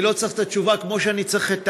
אני לא צריך את התשובה כמו שאני צריך את